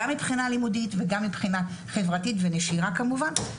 גם מבחינה לימודית וגם מבחינה חברתית ונשירה כמובן.